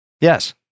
Yes